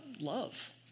love